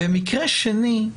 ובמקרה שני,